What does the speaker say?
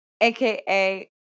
AKA